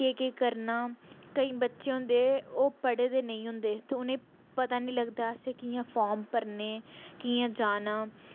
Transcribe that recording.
केह् केह् करना केईं बच्चे होंदे ओह् पढ़े दे नेईं होंदे ते उ'नेंगी पता नी लगदा असें कि'यां फार्म भरने कि'यां जाना